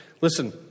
Listen